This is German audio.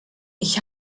ich